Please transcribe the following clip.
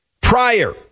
Prior